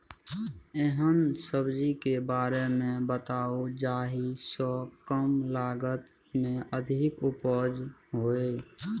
एहन सब्जी के बारे मे बताऊ जाहि सॅ कम लागत मे अधिक उपज होय?